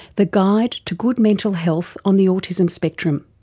the guide to good mental health on the autism spectrum.